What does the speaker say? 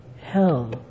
hell